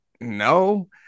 no